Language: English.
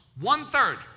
One-third